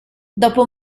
dopo